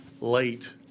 late